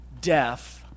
death